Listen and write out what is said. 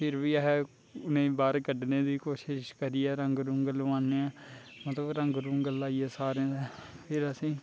फिर बी आहें उनेंगी बाह्र कड्ढने दी कोशिश करियै रंग रूंग लोआने मतलब रंग रूंग लाइयै सारें दे फिर असेंगी